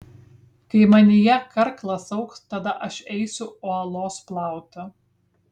kai manyje karklas augs tada aš eisiu uolos plauti